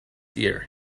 ear